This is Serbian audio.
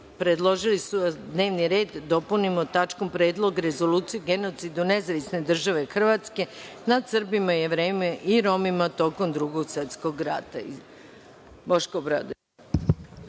predložili su da se dnevni red dopuni tačkom – Predlog Rezolucije o genocidu Nezavisne države Hrvatske nad Srbima, Jevrejima i Romima tokom Drugog svetskog rata. Boško Obradović.